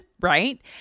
right